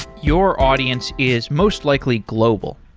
your audience is most likely global.